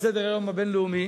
על סדר היום הבין-לאומי,